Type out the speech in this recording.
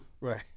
Right